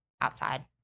outside